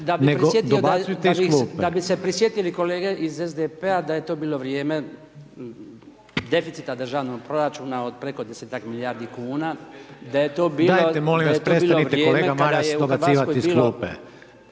da bi se prisjetili kolege iz SDP-a da je to bilo vrijeme deficita državnog proračuna od preko desetak milijardi kuna, da je to bilo … .../Upadica predsjednik: